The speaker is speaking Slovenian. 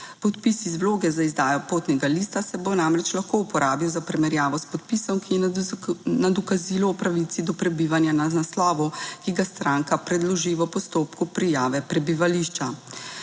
Podpis iz vloge za izdajo potnega lista se bo namreč lahko uporabil za primerjavo s podpisom, ki je na dokazilu o pravici do prebivanja. na naslovu, ki ga stranka predloži v postopku prijave prebivališča.